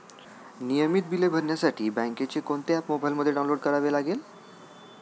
नियमित बिले भरण्यासाठी बँकेचे कोणते ऍप मोबाइलमध्ये डाऊनलोड करावे लागेल?